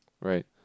right